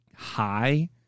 high